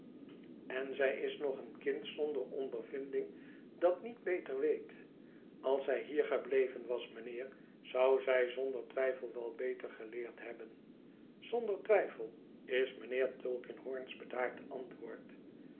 en zij is nog een kind zonder ondervinding dat niet beter weet als zij hier gebleven was mijnheer zou zij zonder twijfel wel beter geleerd hebben zonder twijfel is mijnheer tulkinghorn's bedaard antwoord